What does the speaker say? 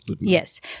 yes